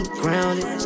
grounded